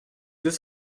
deux